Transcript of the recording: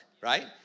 right